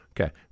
Okay